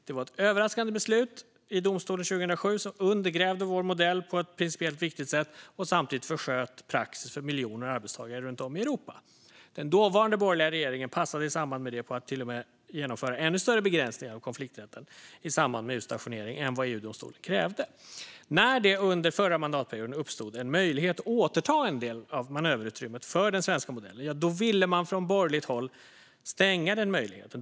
Det var ett överraskande beslut i domstolen 2007 som undergrävde vår modell på ett principiellt viktigt sätt och samtidigt försköt praxis för miljoner arbetstagare runt om i Europa. Den dåvarande borgerliga regeringen passade i samband med detta på att genomföra till och med ännu större begränsningar av konflikträtten i samband med utstationering än vad EU-domstolen krävde. När det under förra mandatperioden uppstod en möjlighet att återta en del av manöverutrymmet för den svenska modellen ville man från borgerligt håll stänga den möjligheten.